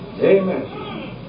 Amen